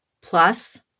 plus